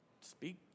speak